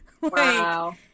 Wow